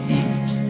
eat